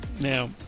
Now